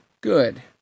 Good